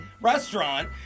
restaurant